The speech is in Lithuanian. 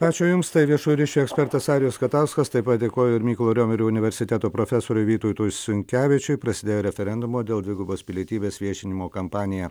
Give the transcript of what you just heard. ačiū jums tai viešųjų ryšių ekspertas arijus katauskas taip pat dėkoju ir mykolo riomerio universiteto profesoriui vytautui sinkevičiui prasidėjo referendumo dėl dvigubos pilietybės viešinimo kampanija